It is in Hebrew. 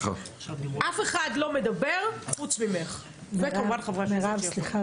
אף אחד לא מדבר חוץ ממנו וכמובן חברי הכנסת.